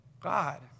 God